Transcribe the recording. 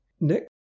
Nick